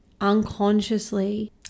unconsciously